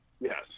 yes